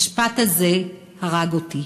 המשפט הזה הרג אותי.